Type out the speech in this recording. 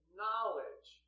knowledge